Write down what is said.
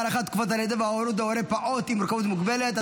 הארכת תקופת הלידה וההורות להורה פעוט עם מוגבלות מורכבת),